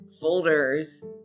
folders